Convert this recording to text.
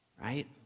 right